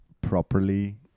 properly